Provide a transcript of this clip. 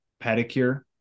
pedicure